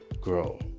grow